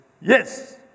Yes